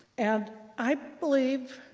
and i believe,